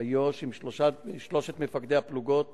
איו"ש עם שלושת מפקדי הפלוגות